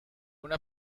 una